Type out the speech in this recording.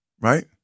right